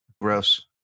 Gross